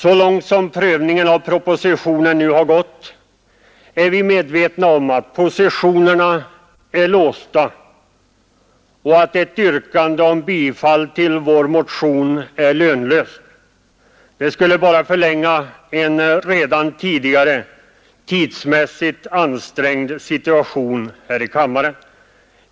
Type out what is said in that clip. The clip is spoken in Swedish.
Så långt som prövningen av propositionen nu har gått är vi medvetna om att positionerna är låsta och att ett yrkande om bifall till vår motion är meningslöst. Det skulle bara förlänga en redan tidigare tidsmässigt ansträngd situation här i kammaren.